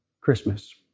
Christmas